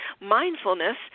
mindfulness